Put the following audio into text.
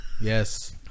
Yes